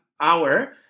hour